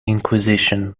inquisition